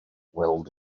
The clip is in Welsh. weld